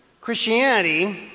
Christianity